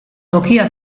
tokia